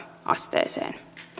asteeseen